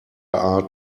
are